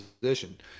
position